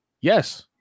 Yes